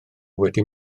wedi